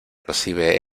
recibe